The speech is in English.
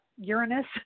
Uranus